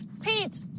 Pete